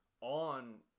on